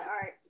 art